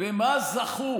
במה זכו